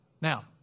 Now